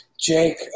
Jake